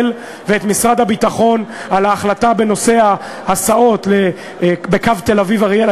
ואת משרד הביטחון על ההחלטה בנושא ההסעות בקו תל-אביב אריאל,